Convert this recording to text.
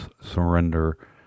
surrender